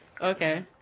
Okay